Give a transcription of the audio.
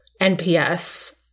NPS